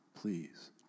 please